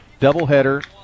doubleheader